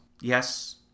Yes